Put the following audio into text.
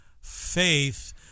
faith